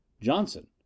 Johnson